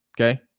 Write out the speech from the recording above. Okay